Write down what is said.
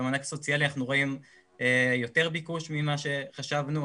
במענק סוציאלי אנחנו רואים יותר ביקוש ממה שחשבנו.